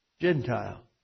Gentile